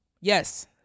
yes